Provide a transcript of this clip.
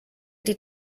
die